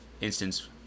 instance